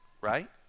right